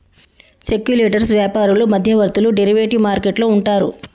speculators వ్యాపారులు మధ్యవర్తులు derivative market లో ఉంటారు